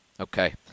Okay